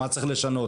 מה צריך לשנות,